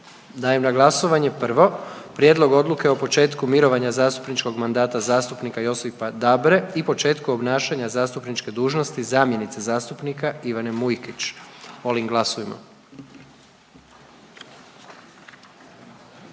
Dajem na glasovanje prvo, prijedlog odluke o početku mirovanja zastupničkog mandata zastupnika Josipa Dabra i početku obnašanja zastupničke dužnosti zamjenice zastupnika Ivane Mujkić, molim glasujmo.